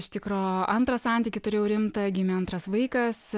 iš tikro antrą santykį turėjau rimtą gimė antras vaikas